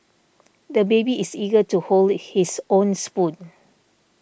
the baby is eager to hold his own spoon